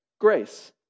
grace